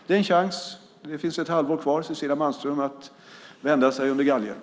Det är en chans - det är ett halvår kvar, Cecilia Malmström - att vända sig under galgen.